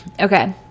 Okay